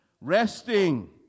Resting